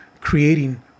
creating